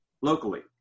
locally